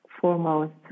foremost